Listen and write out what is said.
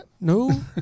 No